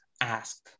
ask